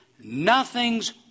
Nothing's